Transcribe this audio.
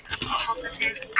positive